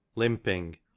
Limping